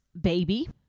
baby